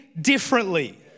differently